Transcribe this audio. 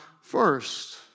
first